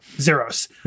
zeros